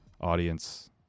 audience